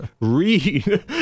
read